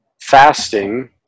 fasting